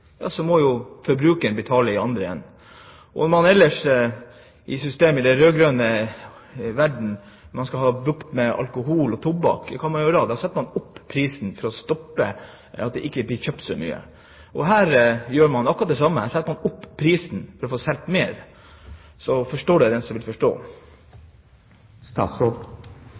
må jo forbrukeren betale i den andre enden. Om man ellers i systemet i den rød-grønne verden skal få bukt med alkohol og tobakk, hva gjør man da? Da setter man opp prisene, slik at det ikke blir kjøpt så mye. Her gjør man akkurat det samme. Man setter opp prisen for å få solgt mer – så forstå det den som vil forstå!